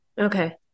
Okay